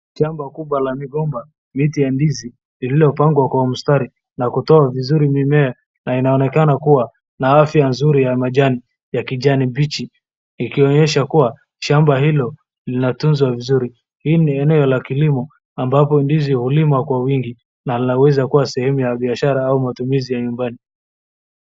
Shamba kubwa la migomba miti ya ndizi lilopangwa kwa mstari na kutoa mzuri mmea .Na inaonekana kuwa na afya nzuri ya majani ya kijani mbichi, ikionyesha kuwa shamba hilo linatunzwa vizuri. Hii ni eneo la kilimo ambapo ndizi hulimwa kwa wingi, na laweza kuwa sehemu ya biashara au matumizi ya nyumbani.